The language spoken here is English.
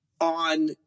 on